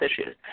issues